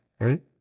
Right